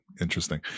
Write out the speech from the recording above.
interesting